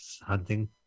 hunting